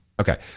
Okay